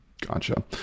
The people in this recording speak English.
Gotcha